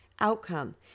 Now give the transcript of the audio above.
outcome